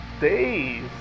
days